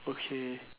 okay